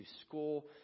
school